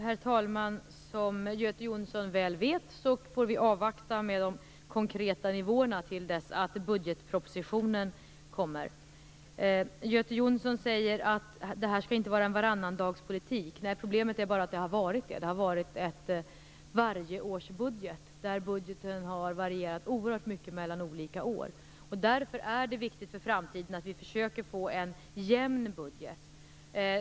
Herr talman! Som Göte Jonsson väl vet får vi avvakta med de konkreta nivåerna till dess att budgetpropositionen kommer. Göte Jonsson sade att detta inte är någon varannandagspolitik. Problemet är bara att det har varit så. Det har varit en varjeårsbudget där budgeten har varierat oerhört mycket mellan olika år. Därför är det viktigt för framtiden att vi försöker att åstadkomma en jämn budget.